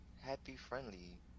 happy-friendly